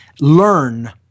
learn